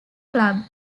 club